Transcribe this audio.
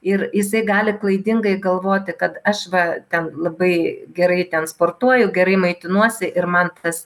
ir jisai gali klaidingai galvoti kad aš va ten labai gerai ten sportuoju gerai maitinuosi ir man tas